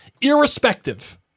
irrespective